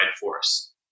force